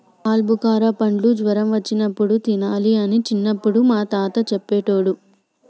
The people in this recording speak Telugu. ఆల్బుకార పండ్లు జ్వరం వచ్చినప్పుడు తినాలి అని చిన్నపుడు మా తాత చెప్పేటోడు